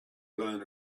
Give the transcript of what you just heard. blown